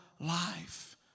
life